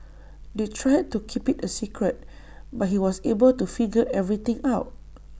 they tried to keep IT A secret but he was able to figure everything out